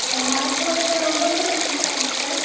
महाराष्ट्रामध्ये कोण कोणते फेमस टेम्पल्स आहेत